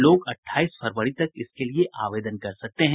लोग अठाईस फरवरी तक इसके लिये आवेदन कर सकते हैं